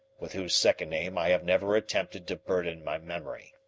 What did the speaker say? with whose second name i have never attempted to burden my memory.